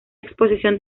exposición